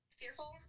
fearful